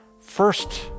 first